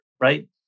right